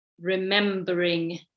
remembering